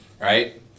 right